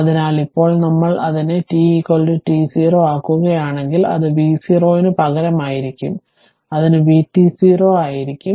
അതിനാൽ ഇപ്പോൾ നമ്മൾ അതിനെ t t0 ആക്കുകയാണെങ്കിൽ അത് v0 ന് പകരം ആയിരിക്കും അത് vt0 ആയിരിക്കും